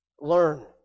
Learn